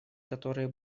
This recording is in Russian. которые